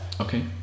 Okay